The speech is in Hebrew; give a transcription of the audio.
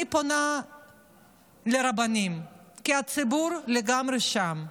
אני פונה לרבנים, כי הציבור לגמרי שם,